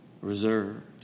Reserved